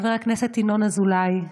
חבר הכנסת ינון אזולאי,